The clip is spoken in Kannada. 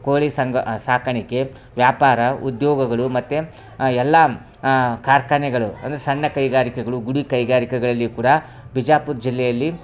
ಕೋಳಿ ಸಂಗ ಸಾಕಾಣಿಕೆ ವ್ಯಾಪಾರ ಉದ್ಯೋಗಗಳು ಮತ್ತು ಎಲ್ಲ ಕಾರ್ಖಾನೆಗಳು ಅಂದರೆ ಸಣ್ಣಕೈಗಾರಿಕೆಗಳು ಗುಡಿ ಕೈಗಾರಿಕೆಗಳಲ್ಲಿ ಕೂಡಾ ಬಿಜಾಪುರ ಜಿಲ್ಲೆಯಲ್ಲಿ